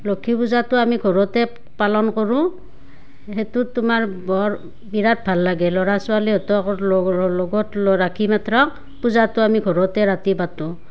লক্ষী পূজাটো আমি ঘৰতে পালন কৰোঁ সেইটোত তোমাৰ বৰ বিৰাট ভাল লাগে ল'ৰা ছোৱালীহঁতক লগত ৰাখি মাত্ৰক পূজাটো আমি ঘৰতে ৰাতি পাতোঁ